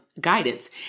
guidance